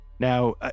Now